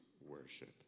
worship